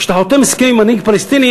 כשאתה חותם הסכם עם מנהיג פלסטיני,